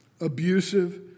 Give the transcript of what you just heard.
abusive